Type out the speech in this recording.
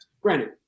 Granted